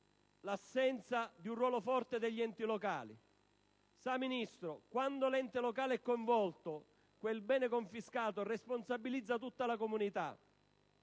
l'assenza di un ruolo forte degli enti locali. Quando l'ente locale è coinvolto quel bene confiscato responsabilizza tutta la comunità.